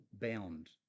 bound